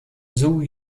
zoo